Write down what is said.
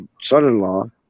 son-in-law